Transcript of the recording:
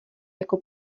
jako